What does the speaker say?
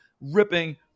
ripping